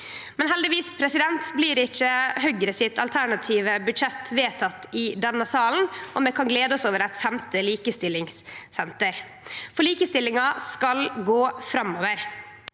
Heldigvis blir ikkje Høgre sitt alternative budsjett vedteke i denne salen, og vi kan glede oss over eit femte likestillingssenter. Likestillinga skal gå framover.